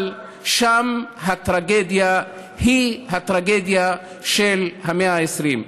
אבל שם הטרגדיה היא הטרגדיה של המאה ה-20.